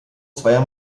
zweier